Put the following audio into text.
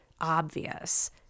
obvious